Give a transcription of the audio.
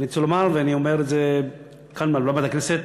אני אומר כאן, מעל במת הכנסת,